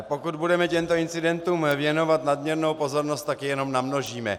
Pokud budeme těmto incidentům věnovat nadměrnou pozornost, tak je jenom namnožíme.